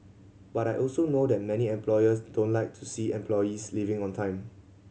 but I also know that many employers don't like to see employees leaving on time